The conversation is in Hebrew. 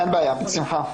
אין בעיה, בשמחה.